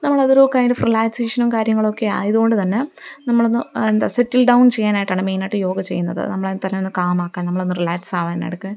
നമ്മളതൊരു kind of റിലാക്സേഷനും കാര്യങ്ങളൊക്കെ ആയതുകൊണ്ടുതന്നെ നമ്മളൊന്ന് എന്താ സെറ്റിൽ ഡൗൺ ചെയ്യാനായിട്ടാണ് മെയിനായിട്ട് യോഗ ചെയ്യുന്നത് നമ്മളെത്തന്നെ ഒന്ന് കാമാക്കാന് നമ്മളൊന്നു റിലാക്സാവാൻ ഇടയ്ക്ക്